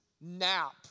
Nap